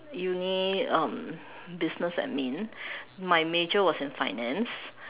Uni um business admin my major was in finance